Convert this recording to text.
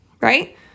right